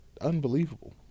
Unbelievable